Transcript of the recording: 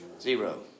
Zero